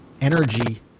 energy